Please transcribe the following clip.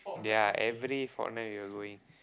ya every fortnight we were going